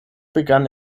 begann